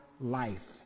life